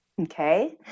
okay